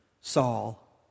Saul